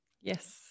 yes